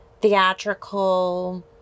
theatrical